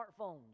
smartphones